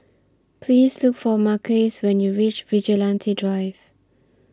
Please Look For Marques when YOU REACH Vigilante Drive